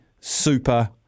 super